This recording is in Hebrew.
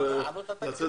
אבל 100,